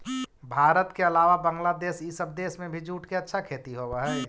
भारत के अलावा बंग्लादेश इ सब देश में भी जूट के अच्छा खेती होवऽ हई